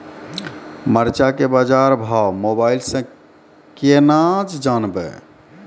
मरचा के बाजार भाव मोबाइल से कैनाज जान ब?